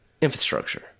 infrastructure